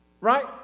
right